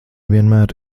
vienmēr